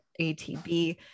ATB